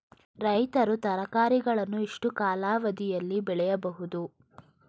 ರೈತರು ತರಕಾರಿಗಳನ್ನು ಎಷ್ಟು ಕಾಲಾವಧಿಯಲ್ಲಿ ಬೆಳೆಯಬಹುದು?